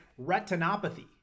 retinopathy